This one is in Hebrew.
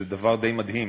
זה דבר די מדהים.